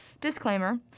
Disclaimer